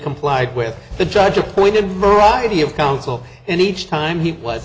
complied with the judge appointed moratti of counsel and each time he was